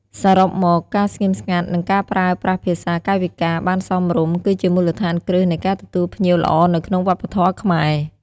សរុបមក ការស្ងៀមស្ងាត់ និងការប្រើប្រាស់ភាសាកាយវិការបានសមរម្យ គឺជាមូលដ្ឋានគ្រឹះនៃការទទួលភ្ញៀវល្អនៅក្នុងវប្បធម៌ខ្មែរ។